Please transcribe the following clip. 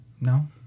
No